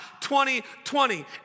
2020